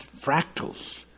fractals